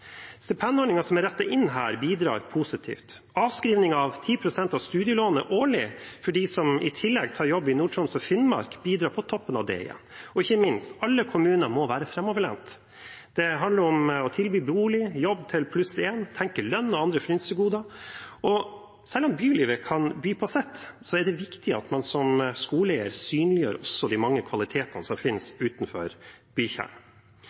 som er rettet inn her, bidrar positivt. Avskrivning av 10 pst. av studielånet årlig for dem som tar jobb i Nord-Troms og Finnmark, bidrar på toppen av det igjen. Og ikke minst: Alle kommuner må være framoverlente. Det handler om å tilby bolig, jobb til én til, tenke lønn og andre frynsegoder. Selv om bylivet kan by på sitt, er det viktig at man som skoleeier synliggjør også de mange kvalitetene som